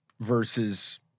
versus –